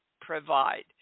provide